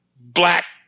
black